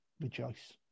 rejoice